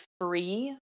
free